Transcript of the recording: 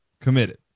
committed